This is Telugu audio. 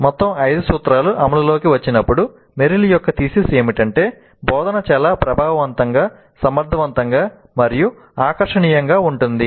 మొత్తం ఐదు సూత్రాలు అమలులోకి వచ్చినప్పుడు మెర్రిల్ యొక్క థీసిస్ ఏమిటంటే బోధన చాలా ప్రభావవంతంగా సమర్థవంతంగా మరియు ఆకర్షణీయంగా ఉంటుంది